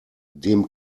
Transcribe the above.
dem